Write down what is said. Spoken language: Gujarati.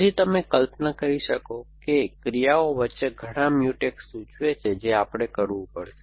તેથી તમે કલ્પના કરી શકો કે ક્રિયાઓ વચ્ચે ઘણા Mutex સૂચવે છે જે આપણે કરવું પડશે